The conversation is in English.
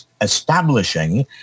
establishing